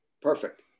Perfect